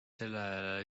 sellele